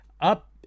up